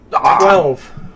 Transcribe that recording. Twelve